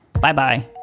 bye-bye